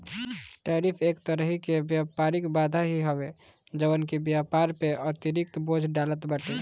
tariff एक तरही कअ व्यापारिक बाधा ही हवे जवन की व्यापार पअ अतिरिक्त बोझ डालत बाटे